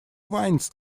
winds